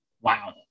Wow